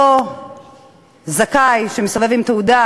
אותו זכאי שמסתובב עם תעודה,